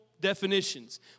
definitions